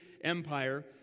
empire